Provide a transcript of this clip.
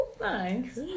Nice